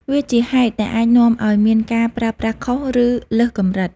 វាជាហេតុ ដែលអាចនាំឱ្យមានការប្រើប្រាស់ខុស ឬលើសកម្រិត។